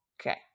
okay